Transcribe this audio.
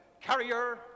carrier